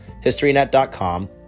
HistoryNet.com